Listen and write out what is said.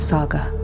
Saga